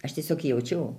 aš tiesiog jaučiau